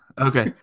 Okay